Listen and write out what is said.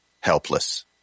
helpless